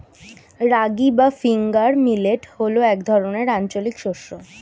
রাগী বা finger millet হল এক ধরনের আঞ্চলিক শস্য